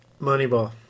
Moneyball